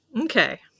Okay